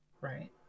Right